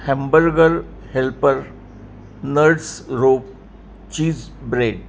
hamburger helper nuts rope cheese bread